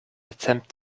attempt